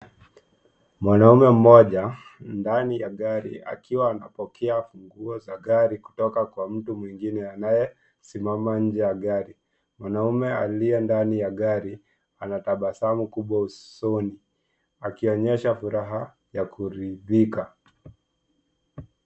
Mwanaume mmoja ndani ya gari akiwa anapokea funguo za gari kutoka kwa mtu mwingine anayesimama nje ya gari. Mwanaume aliye ndani ya gari anatabasamu kubwa usoni akionyesha furaha ya kuridhika.